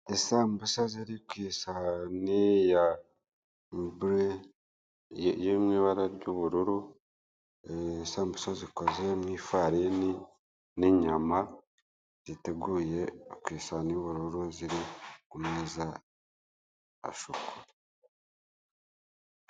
Isambusa ziri ku isahani yo mu ibara ry'ubururu, isambusa zikoze mu ifarini n'inyama ziteguye ku isani y'ubururu ziri ku meza asa uko.